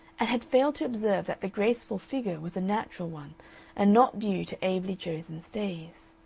and had failed to observe that the graceful figure was a natural one and not due to ably chosen stays.